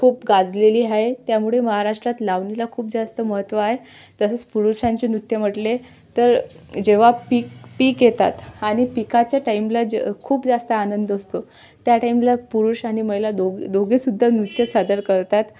खूप गाजलेली आहे त्यामुळे महाराष्ट्रात लावणीला खूप जास्त महत्त्व आहे तसंच पुरुषांचे नृत्य म्हटले तर जेव्हा पीक पीक येतात आणि पिकाच्या टाईमला ज खूप जास्त आनंद असतो त्या टाईमला पुरुष आणि महिला दोघं दोघे सुद्धा नृत्य सादर करतात